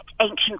ancient